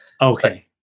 Okay